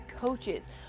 coaches